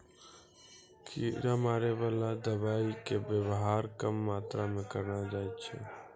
कीड़ा मारैवाला दवाइ के वेवहार कम मात्रा मे करना चाहियो